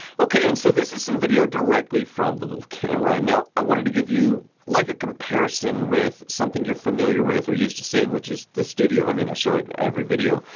ok, and so this is some video directly from the camera. and now, i wanted to give you like a comparison with something you're familiar with or used to seeing, which is this studio. i mean, i show it in every video.